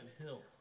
Hill